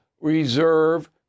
reserve